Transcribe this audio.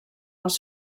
els